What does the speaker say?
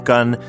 Gun